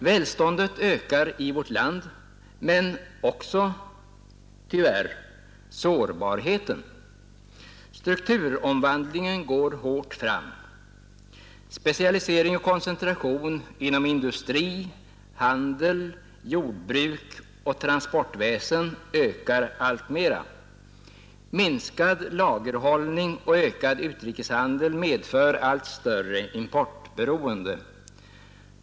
Välståndet ökar i vårt land — men tyvärr också sårbarheten. Strukturomvandlingen går hårt fram, specialisering och koncentration inom industri, handel, jordbruk och transportväsen ökar alltmer. Minskad lagerhållning och ökad utrikeshandel medför allt större importberoende.